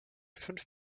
fünf